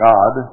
God